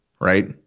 right